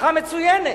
נוסחה מצוינת,